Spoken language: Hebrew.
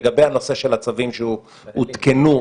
לגבי נושא הצווים שהותקנו,